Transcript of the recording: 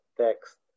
text